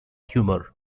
humor